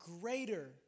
greater